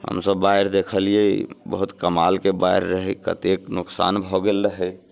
हमसभ बाढ़ि देखलियै बहुत कमालके बाढ़ि रहै कतेक नुकसान भऽ गेल रहै